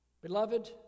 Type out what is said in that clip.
Beloved